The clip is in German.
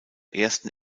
ersten